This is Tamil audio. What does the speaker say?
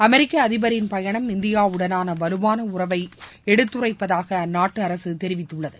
அமெரிக்க அதிபரின் பயணம் இந்தியாவுடனாள வலுவான உறவை எடுத்துரைப்பதாக அந்நாட்டு அரசு தெரிவித்துள்ளது